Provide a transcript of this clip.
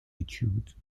études